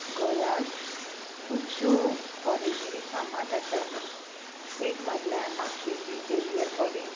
गोंयांत खुबश्यो कॉलेजी फामाद आसा एक म्हटल्यार म्हापशेची झेवियर कॉलेज